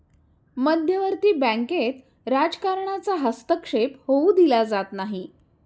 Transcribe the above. मध्यवर्ती बँकेत राजकारणाचा हस्तक्षेप होऊ दिला जात नाही